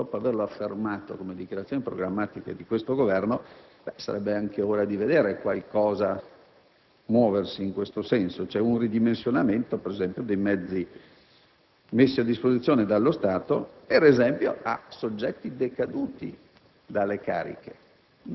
Quello che l'interpellante esprime è che, dopo averlo sentito nelle dichiarazioni programmatiche di questo Governo, sarebbe anche ora di vedere qualcosa muoversi in questo senso e cioè un ridimensionamento dei mezzi